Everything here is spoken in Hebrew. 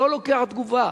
לא לוקח תגובה.